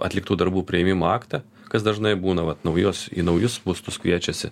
atliktų darbų priėmimo aktą kas dažnai būna vat naujos į naujus būstus kviečiasi